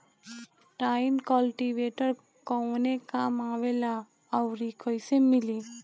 Tine cultivator कवने काम आवेला आउर इ कैसे मिली?